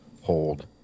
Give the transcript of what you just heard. hold